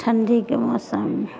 ठंडीके मौसममे